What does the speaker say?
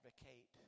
advocate